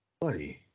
buddy